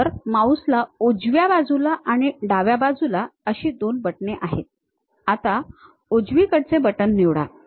तर माउस ला उजव्या बाजूला आणि डाव्या बाजूला अशी 2 बटणे आहेत आता उजवीकडे बटण निवडा